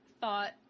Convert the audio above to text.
thought